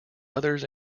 others